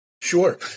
Sure